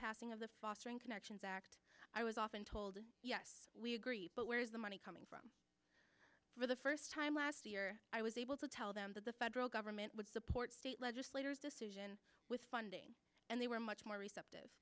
passing of the fostering connections act i was often told yes we agree but where is the money coming from for the first time last year i was able to tell them that the federal government would support state legislators decision with funding and they were much more receptive